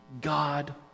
God